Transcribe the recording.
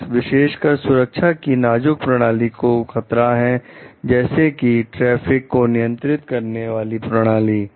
bugs विशेषकर सुरक्षा की नाजुक प्रणाली को खतरा है जैसे कि ट्रैफिक को नियंत्रण करने की प्रणाली